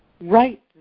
right